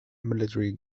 military